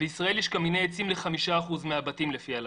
בישראל יש קמיני עצים ל-5% מהבתים לפי הלמ"ס.